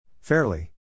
Fairly